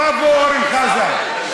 בראבו, אורן חזן.